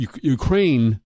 Ukraine